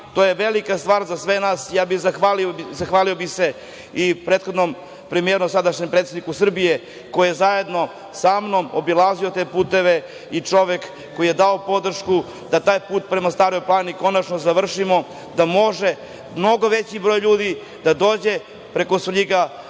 To je velika stvar za sve nas, ja bih se zahvalio prethodnom premijeru, a sadašnjem predsedniku Srbije koji je zajedno sa mnom obilazio te puteve i čovek koji je dao podršku da taj put prema Staroj planini konačno završimo, da može mnogo veći broj ljudi da dođe preko Svrljiga